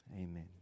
amen